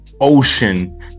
ocean